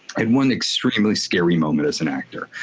i had one extremely scary moment as an actor.